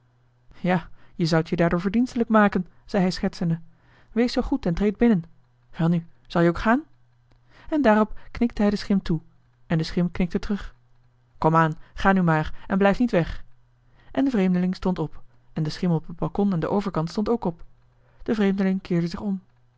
ja je zoudt je daardoor verdienstelijk maken zei hij schertsende wees zoo goed en treed binnen welnu zal je ook gaan en daarop knikte hij den schim toe en de schim knikte terug komaan ga nu maar en blijf niet weg en de vreemdeling stond op en de schim op het balkon aan den overkant stond ook op de vreemdeling keerde zich om